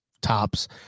tops